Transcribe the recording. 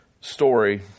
story